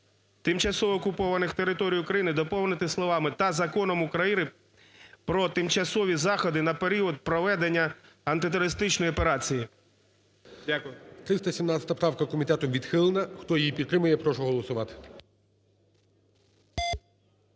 тимчасово окупованих територій України" доповнити словами "та Законом України про тимчасові заходи на період проведення антитерористичної операції". Дякую. ГОЛОВУЮЧИЙ. 317 правка комітетом відхилена. Хто її підтримує, я прошу голосувати.